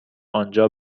آنجا